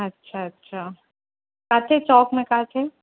अच्छा अच्छा किथे चौक में किथे